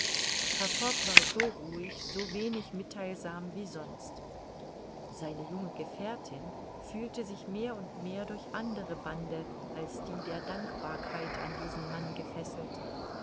fogg war so ruhig so wenig mittheilsam wie sonst seine junge gefährtin fühlte sich mehr und mehr durch andere bande als die der dankbarkeit an diesen mann gefesselt